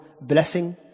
blessing